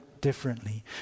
differently